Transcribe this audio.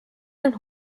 and